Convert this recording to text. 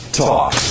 talk